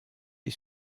est